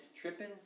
tripping